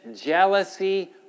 jealousy